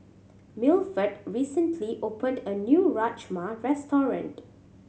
Milford recently opened a new Rajma Restaurant